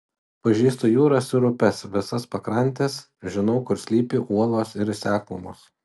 pažįstu jūras ir upes visas pakrantes žinau kur slypi uolos ir seklumos